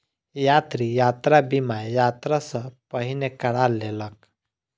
यात्री, यात्रा बीमा, यात्रा सॅ पहिने करा लेलक